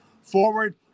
forward